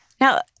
Now